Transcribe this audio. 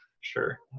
Sure